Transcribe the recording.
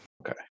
Okay